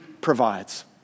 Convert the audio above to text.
provides